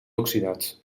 oxidats